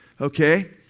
okay